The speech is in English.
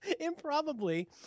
improbably